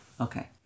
Okay